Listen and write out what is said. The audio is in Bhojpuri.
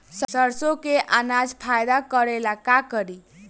सरसो के अनाज फायदा करेला का करी?